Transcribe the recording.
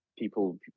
people